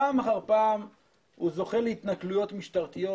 פעם אחר פעם הוא זוכה להתנכלויות משטרתיות.